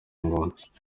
ngoma